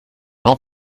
vent